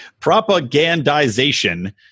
propagandization